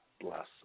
bless